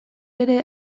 ere